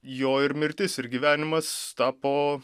jo ir mirtis ir gyvenimas tapo